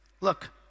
Look